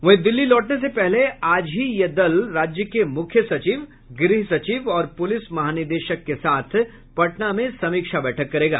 वहीं दिल्ली लौटने से पहले आज ही ये दल राज्य के मुख्य सचिव गृह सचिव और पुलिस महानिदेशक के साथ आज पटना में समीक्षा बैठक करेगा